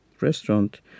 restaurant